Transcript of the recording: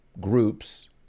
groups